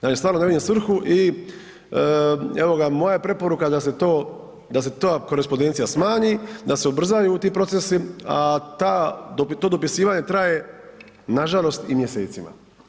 Dakle, stvarno ne vidim svrhu i evo ga moja je preporuka da se to, da se ta korespondencija smanji, da se ubrzaju ti procesi, a to dopisivanje traje nažalost i mjesecima.